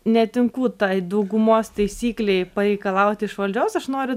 netinku tai daugumos taisyklei pareikalauti iš valdžios aš noriu